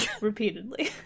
Repeatedly